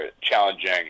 challenging